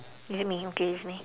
is it me okay it's me